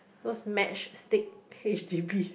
those match stick H G V